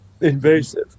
invasive